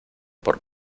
por